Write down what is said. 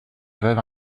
veuve